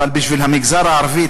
אבל בשביל המגזר הערבי,